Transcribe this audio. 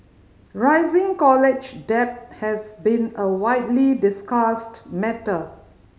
rising college debt has been a widely discussed matter